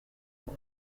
ngo